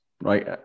right